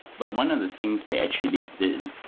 but one of the things they actually didn't,